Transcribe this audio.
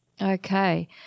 Okay